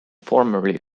formerly